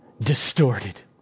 distorted